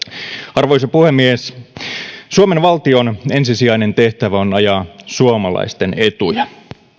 arvoisa puhemies suomen valtion ensisijainen tehtävä on ajaa suomalaisten etuja